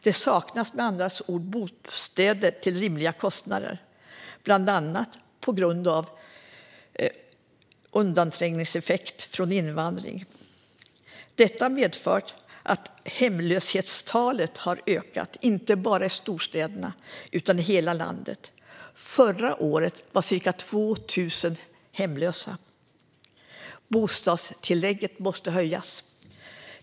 Det saknas med andra ord bostäder till rimliga kostnader, bland annat på grund av undanträngningseffekter från invandringen. Detta har medfört att hemlöshetstalet har ökat inte bara i storstäderna utan i hela landet. Förra året var ca 2 000 hemlösa. Bostadstillägget måste höjas.